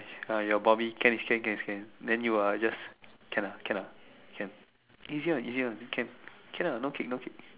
your Bobby can if can can if can then you are just can ah can ah can easy one easy one can can ah no kick no kick